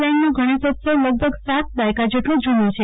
લાઈનનો ગણેશોત્સવો લગભગ સાત દાયકા જેટલો જુનો છે